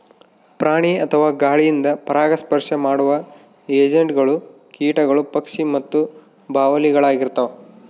ಪ್ರಾಣಿ ಅಥವಾ ಗಾಳಿಯಿಂದ ಪರಾಗಸ್ಪರ್ಶ ಮಾಡುವ ಏಜೆಂಟ್ಗಳು ಕೀಟಗಳು ಪಕ್ಷಿ ಮತ್ತು ಬಾವಲಿಳಾಗಿರ್ತವ